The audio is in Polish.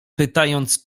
pytając